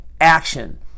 action